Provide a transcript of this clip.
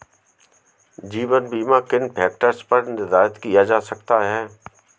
जीवन बीमा किन फ़ैक्टर्स पर निर्धारित किया जा सकता है?